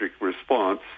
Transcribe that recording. response